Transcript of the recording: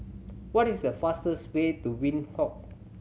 what is the fastest way to Windhoek